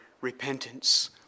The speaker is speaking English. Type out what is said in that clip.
repentance